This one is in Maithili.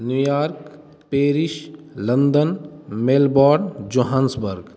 New York Paris London Melbourne Johannesburg